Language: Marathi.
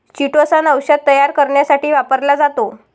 चिटोसन औषध तयार करण्यासाठी वापरला जातो